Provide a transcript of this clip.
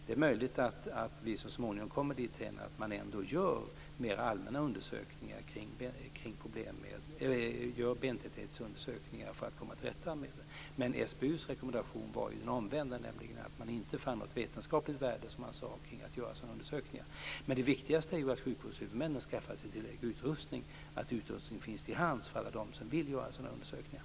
Det är möjligt att vi så småningom kommer dithän att man ändå gör mer allmänna undersökningar, bentäthetsundersökningar, för att komma till rätta med detta. Men SBU:s rekommendation var ju den omvända. Man fann, som man sade, inte något vetenskapligt värde i att göra sådana undersökningar. Men det viktigaste är ju att sjukvårdshuvudmännen skaffar sig tillräcklig utrustning, att utrustning finns till hands för alla dem som vill göra sådana här undersökningar.